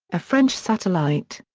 a french satellite.